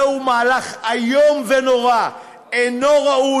זהו מהלך איום ונורא, שאינו ראוי.